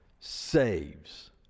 Saves